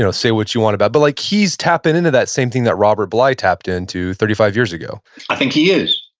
yeah say what you want about it, but like he's tapping into that same thing that robert bly tapped into thirty five years ago i think he is.